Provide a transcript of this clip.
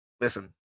listen